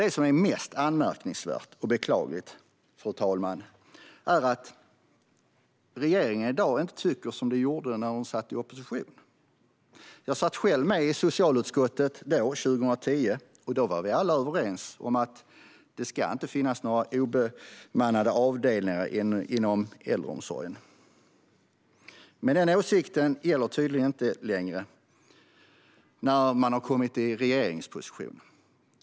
Det som är mest anmärkningsvärt och beklagligt är att regeringspartierna i dag inte tycker som de gjorde när de var i opposition. Jag satt själv i socialutskottet 2010, och då var vi alla överens om att det inte skulle finnas några obemannade avdelningar inom äldreomsorgen. Men den åsikten gäller tydligen inte i regeringsposition.